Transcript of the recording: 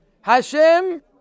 Hashem